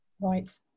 Right